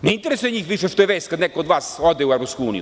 Ne interesuje njih što je vest kada neko od vas ode u EU.